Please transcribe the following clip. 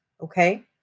okay